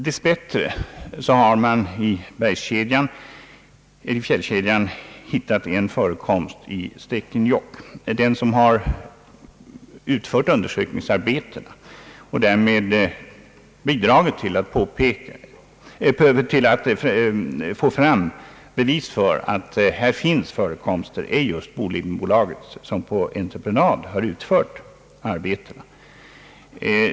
Dess bättre har man i fjällkedjan hittat en förekomst i Stekenjokk. Den som har utfört undersökningsarbetet och därmed bidragit till att få fram bevis för dessa förekomster är just Bolidenbolaget, som på entreprenad har utfört arbetet.